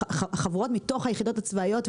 חברות מתוך היחידות הצבאיות,